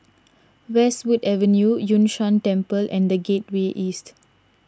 Westwood Avenue Yun Shan Temple and the Gateway East